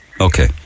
Okay